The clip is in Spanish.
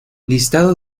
listado